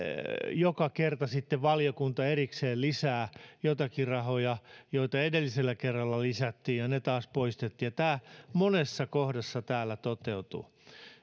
joka kerta valiokunta erikseen lisää joitakin rahoja joita edellisellä kerralla lisättiin ja taas poistettiin tämä monessa kohdassa täällä toteutuu